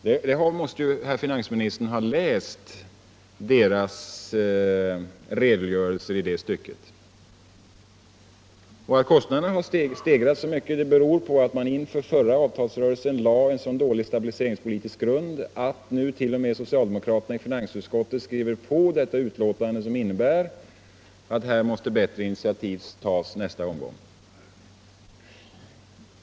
Finansministern måste ju ha läst konjunkturinstitutets redogörelse i det stycket. Att kostnaderna har stigit så mycket beror på att man inför förra avtalsrörelsen lade en så dålig stabiliseringspolitisk grund att nu t.o.m. socialdemokraterna i finansutskottet skriver under på att det måste tas bättre initiativ nästa omgång.